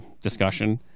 discussion